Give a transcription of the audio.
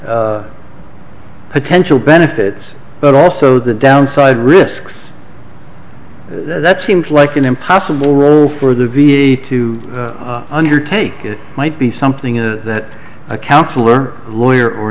potential benefits but also the downside risks that seems like an impossible role for the v a to undertake it might be something that a counselor or lawyer or